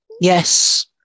Yes